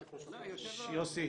לא, יושב ראש.